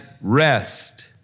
rest